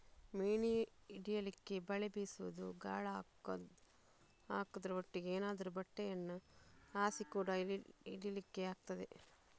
ಮೀನು ಹಿಡೀಲಿಕ್ಕೆ ಬಲೆ ಬೀಸುದು, ಗಾಳ ಹಾಕುದ್ರ ಒಟ್ಟಿಗೆ ಏನಾದ್ರೂ ಬಟ್ಟೆಯನ್ನ ಹಾಸಿ ಕೂಡಾ ಹಿಡೀಲಿಕ್ಕೆ ಆಗ್ತದೆ